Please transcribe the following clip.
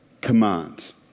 command